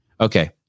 Okay